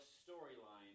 storyline